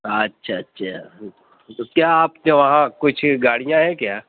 اچھا اچھا کیا آپ کے وہاں کچھ گاڑیاں ہیں کیا